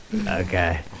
Okay